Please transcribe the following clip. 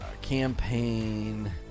Campaign